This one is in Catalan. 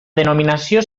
denominació